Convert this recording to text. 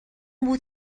بود